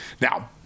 Now